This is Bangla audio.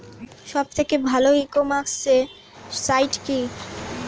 সব থেকে ভালো ই কমার্সে সাইট কী?